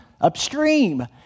upstream